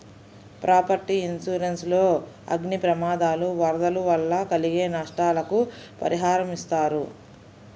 property insurance లో అగ్ని ప్రమాదాలు, వరదలు వల్ల కలిగే నష్టాలకు పరిహారమిస్తారు